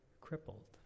crippled